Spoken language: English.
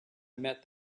met